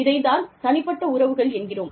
இதைத் தான் தனிப்பட்ட உறவுகள் என்கிறோம்